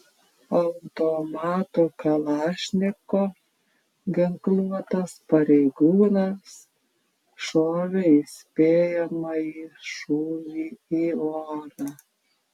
automatu kalašnikov ginkluotas pareigūnas šovė įspėjamąjį šūvį į orą